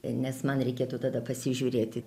nes man reikėtų tada pasižiūrėti